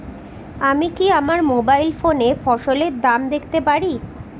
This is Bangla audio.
আমি কি আমার মোবাইল ফোনে ফসলের দাম দেখতে পারি?